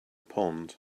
pond